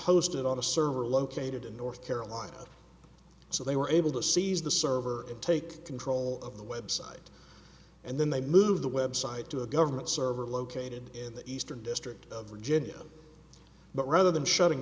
hosted on a server located in north carolina so they were able to seize the server and take control of the website and then they move the website to a government server located in the eastern district of virginia but rather than shutting